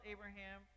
Abraham